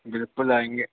بالکل آئیں گے